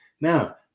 Now